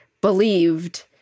believed